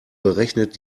berechnet